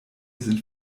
sind